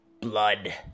blood